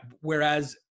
Whereas